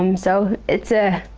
um so, it's ah